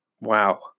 Wow